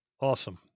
Awesome